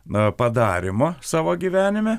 na padarymo savo gyvenime